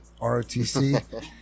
ROTC